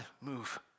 move